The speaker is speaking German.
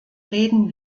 reden